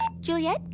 Juliet